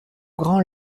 grand